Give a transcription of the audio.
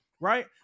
right